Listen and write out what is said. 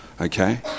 okay